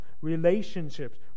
Relationships